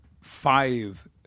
five